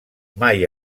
mai